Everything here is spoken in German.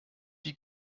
die